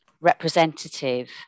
representative